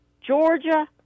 Georgia